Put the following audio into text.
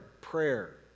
prayer